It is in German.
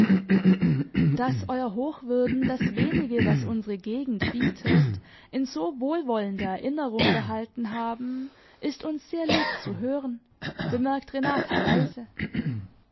daß euer hochwürden das wenige was unsere gegend bietet in so wohlwollender erinnerung behalten haben ist uns sehr lieb zu hören bemerkt renata leise